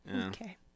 Okay